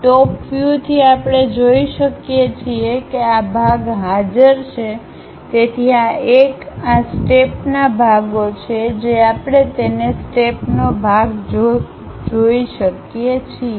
ટોપ view થી આપણે જોઈ શકીએ છીએ કે આ ભાગ હાજર છે તેથી આ એક આ સ્ટેપના ભાગો છે જે આપણે તેને સ્ટેપનો ભાગ જોઈ શકીએ છીએ